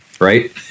right